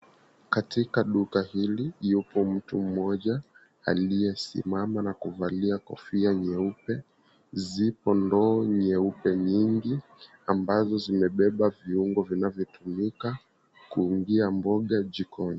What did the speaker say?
Katika duka hili yupo mtu mmoja aliyesimama na kuvalia kofia nyeupe. Zipo ndoo nyeupe nyingi ambazo zimebeba viungo vinavyotumika kuingia mboga jikoni.